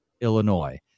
Illinois